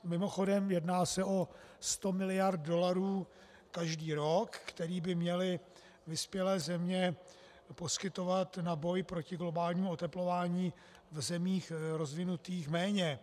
Mimochodem, jedná se o 100 miliard dolarů každý rok, který by měly vyspělé země poskytovat na boj proti globálnímu oteplování v zemích rozvinutých méně.